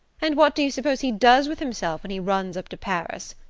and what do you suppose he does with himself when he runs up to paris?